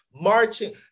Marching